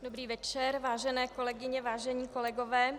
Dobrý večer, vážené kolegyně, vážení kolegové.